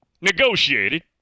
negotiated